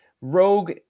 rogue